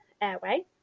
airway